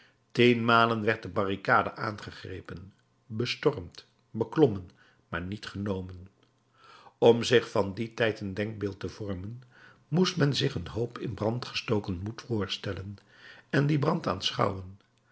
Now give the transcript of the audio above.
tienmalen werd de barricade aangegrepen bestormd beklommen maar niet genomen om zich van dien strijd een denkbeeld te vormen moest men zich een hoop in brand gestoken moed voorstellen en dien brand